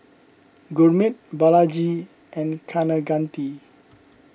Gurmeet Balaji and Kaneganti